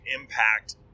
impact